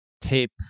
tape